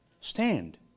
Stand